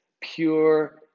pure